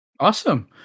Awesome